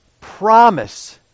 promise